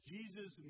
Jesus